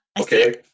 Okay